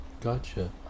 Gotcha